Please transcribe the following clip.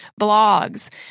blogs